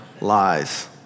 lies